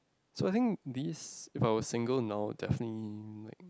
so I think these if I was single now definitely might